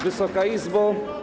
Wysoka Izbo!